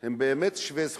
הם שווי זכויות,